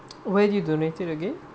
where do you donate it again